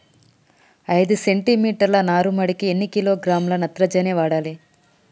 ఐదు సెంటి మీటర్ల నారుమడికి ఎన్ని కిలోగ్రాముల నత్రజని వాడాలి?